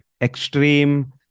extreme